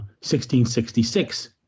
1666